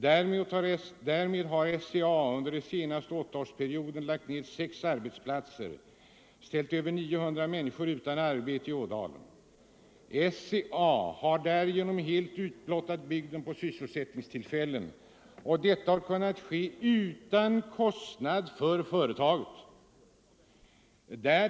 Därmed har SCA under den senaste åttaårsperioden lagt ned sex arbetsplatser och ställt över 900 människor utan arbete i Ådalen. SCA har därigenom helt utblottat bygden på sysselsättningstillfällen, och detta har kunnat ske utan kostnad för företaget.